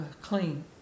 clean